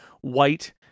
white